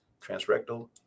transrectal